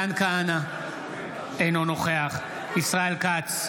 אינו נוכח ישראל כץ,